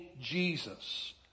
Jesus